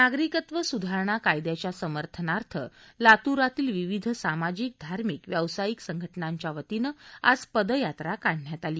नागरिकत्व सुधारणा कायद्याच्या समर्थनार्थ लातूरातील विविध सामाजिकधार्मिक व्यावसायिक संघटनाच्या वतीनं आज पदयात्रा काढण्यात आली